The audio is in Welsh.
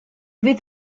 fydd